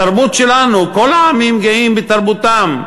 התרבות שלנו, כל העמים גאים בתרבותם,